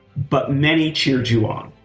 but many cheered you on.